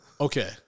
Okay